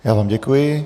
Já vám děkuji.